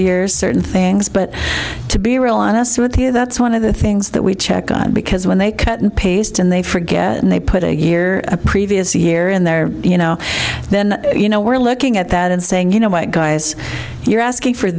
years certain things but to be real honest with you that's one of the things that we check on because when they cut and paste and they forget and they put a year a previous year in there you know then you know we're looking at that and saying you know what guys you're asking for